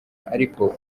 ariko